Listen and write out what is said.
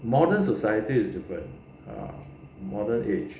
modern society is different modern age